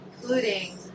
including